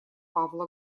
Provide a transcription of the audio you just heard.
павла